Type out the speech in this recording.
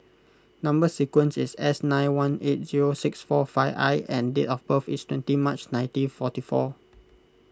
Number Sequence is S nine one eight zero six four five I and date of birth is twenty March nineteen forty four